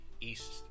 East